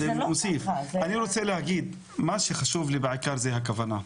אני רוצה להגיד שמה שחשוב לי בעיקר זו הכוונה.